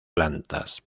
plantas